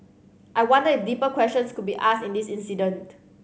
I wonder if deeper questions could be asked in this incident